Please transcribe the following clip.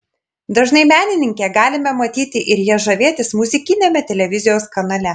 dažnai menininkę galime matyti ir ja žavėtis muzikiniame televizijos kanale